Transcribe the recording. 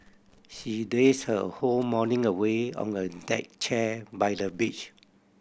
she lazed her whole morning away on a deck chair by the beach